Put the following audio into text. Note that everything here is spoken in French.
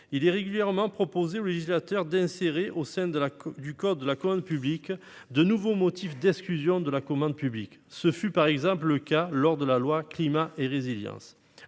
il est régulièrement proposé au législateur d'insérer dans le code de la commande publique de nouveaux motifs d'exclusion de la commande publique. Ce fut par exemple le cas lors de l'examen de la loi Climat et résilience.